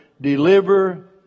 deliver